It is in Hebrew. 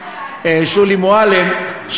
שולי מועלם,